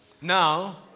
Now